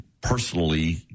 personally